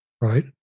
right